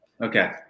Okay